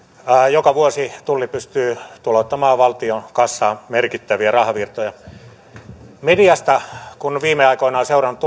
joka vuosi tulli pystyy tulouttamaan valtion kassaan merkittäviä rahavirtoja mediasta kun viime aikoina on seurannut